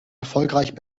erfolgreich